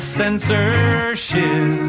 censorship